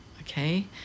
okay